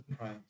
Right